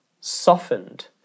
softened